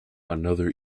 another